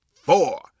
four